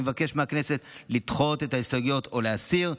אני מבקש מהכנסת לדחות את ההסתייגויות או להסיר,